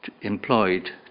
employed